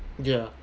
ya